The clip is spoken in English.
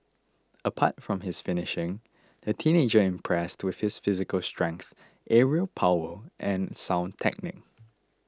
apart from his finishing the teenager impressed to his physical strength aerial power and sound technique